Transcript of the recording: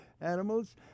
animals